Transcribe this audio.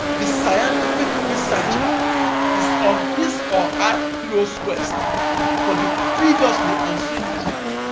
the scientific re-searcher is on his or her hero's quest for the previously unseen truth.